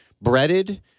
breaded